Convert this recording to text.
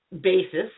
basis